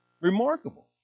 Remarkable